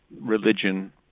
religion